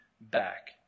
back